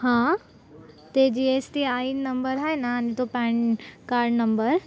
हां ते G S T I N number आहे ना आणि तो पॅन कारड नंबर